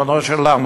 ריבונו של עולם,